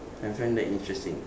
I find that interesting